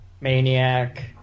Maniac